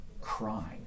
crying